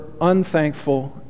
unthankful